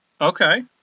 Okay